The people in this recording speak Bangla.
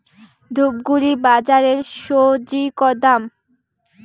ধূপগুড়ি বাজারের স্বজি দাম?